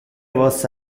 vos